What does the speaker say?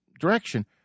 direction